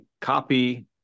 copy